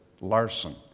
larson